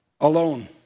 alone